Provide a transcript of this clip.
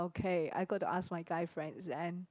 okay I got to ask my guy friends and